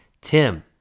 Tim